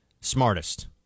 smartest